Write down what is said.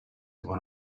one